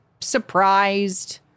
surprised